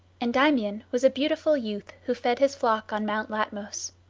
endymion was a beautiful youth who fed his flock on mount latmos.